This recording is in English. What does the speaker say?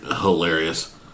Hilarious